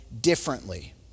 differently